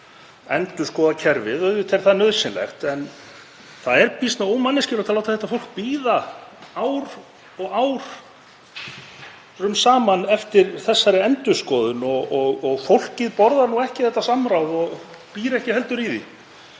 endurskoða kerfið. Auðvitað er það nauðsynlegt en það er býsna ómanneskjulegt að láta fólk bíða árum saman eftir þessari endurskoðun, fólkið borðar ekki þetta samráð og býr ekki heldur í því.